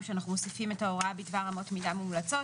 שאנחנו מוסיפים את ההוראה בדבר אמות מידה מומלצות,